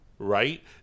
right